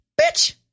Bitch